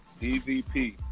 DVP